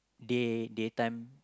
day daytime